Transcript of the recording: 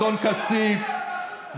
אדון כסיף,